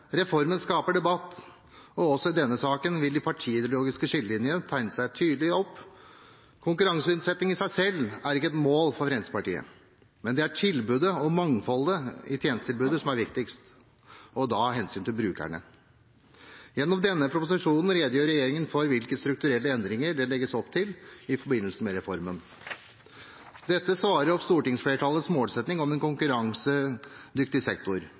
Reformen skaper debatt, og også i denne saken vil de partiideologiske skillelinjene tegne seg tydelig. Konkurranseutsetting i seg selv er ikke et mål for Fremskrittspartiet. Det er tilbudet og mangfoldet i tjenestetilbudet som er viktigst – og da av hensyn til brukerne. Gjennom denne proposisjonen redegjør regjeringen for hvilke strukturelle endringer det legges opp til i forbindelse med reformen. Dette svarer til stortingsflertallets målsetting om en konkurransedyktig sektor